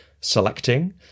selecting